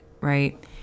right